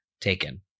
taken